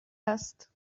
است